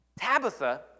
Tabitha